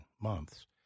months